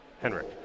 Henrik